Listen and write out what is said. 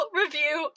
review